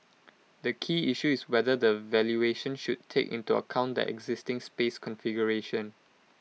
the key issue is whether the valuation should take into account that existing space configuration